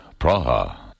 Praha